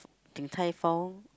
Din-Tai-Fung